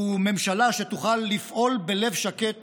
ממשלה שתוכל לפעול בלב שקט